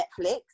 Netflix